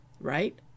right